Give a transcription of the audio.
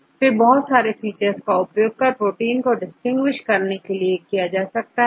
बहुत तरह के प्रकार और फीचर का उपयोग प्रोटीन को डिस्टिंग्विश करने के लिए किया जाता है